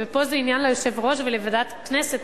ופה זה עניין ליושב-ראש ולוועדת הכנסת.